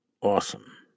awesome